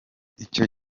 icyo